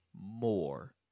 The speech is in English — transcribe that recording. more